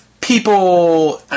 people